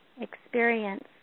experience